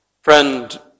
friend